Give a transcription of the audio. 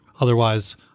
otherwise